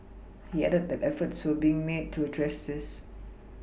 he added that efforts were being made to address this